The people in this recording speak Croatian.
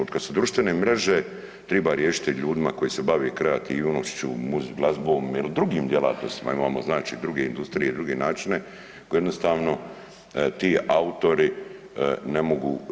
Od kad su društvene mreže triba riješiti ljudima koji se bave kreativnošću, glazbom ili drugim djelatnostima, imamo znači druge industrije, druge načine koji jednostavno ti autori ne mogu.